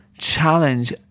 challenge